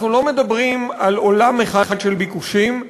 אנחנו לא מדברים על עולם אחד של ביקושים,